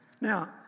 Now